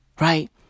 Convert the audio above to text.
Right